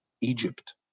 Egypt